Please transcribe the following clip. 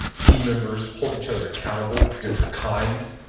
ah team members hold each other accountable because they're kind,